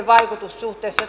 vaikutus suhteessa